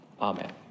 amen